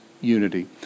unity